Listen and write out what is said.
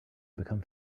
become